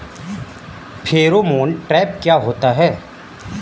Pheromone trap क्या होता है?